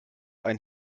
ein